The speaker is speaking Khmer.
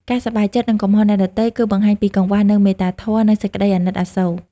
ការសប្បាយចិត្តនឹងកំហុសអ្នកដទៃ គឺបង្ហាញពីកង្វះនូវមេត្តាធម៌ និងសេចក្តីអាណិតអាសូរ។